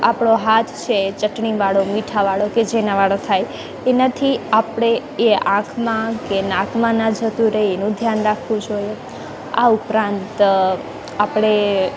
આપણો હાથ છે એ ચટણીવાળો મીઠાવાળો કે જેનાવાળો થાય એનાથી આપણે એ આંખમાં કે નાકમાં ના જતું રહે એનું ધ્યાન રાખવું જોઈએ આ ઉપરાંત આપણે